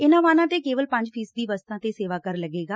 ਇਨ੍ਹਾਂ ਵਾਹਨਾਂ ਤੇ ਕੇਵਲ ਪੰਜ ਫ਼ੀਸਦੀ ਵਸਤੂ ਤੇ ਸੇਵਾ ਕਰ ਲੱਗੇਗਾ